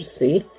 see